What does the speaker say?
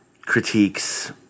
critiques